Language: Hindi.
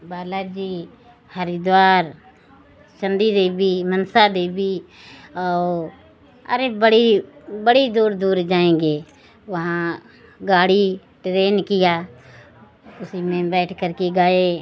बालाजी हरिद्वार चण्डी देवी मनसा देवी और अरे बड़ी बड़ी दूर दूर जाएँगे वहाँ गाड़ी ट्रेन किया उसी में बैठ करके गए